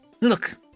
Look